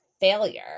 failure